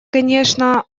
конечно